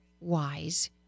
wise